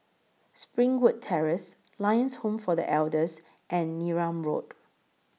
Springwood Terrace Lions Home For The Elders and Neram Road